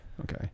Okay